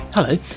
Hello